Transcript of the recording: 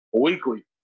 weekly